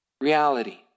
Reality